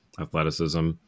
athleticism